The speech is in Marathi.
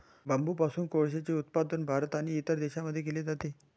बांबूपासून कोळसेचे उत्पादन भारत आणि इतर देशांमध्ये केले जाते